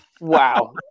Wow